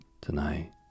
Tonight